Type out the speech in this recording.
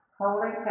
holy